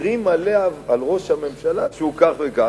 אומרים על ראש הממשלה שהוא כך וכך.